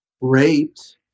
raped